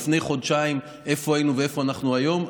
איפה היינו לפני חודשיים ואיפה אנחנו היום,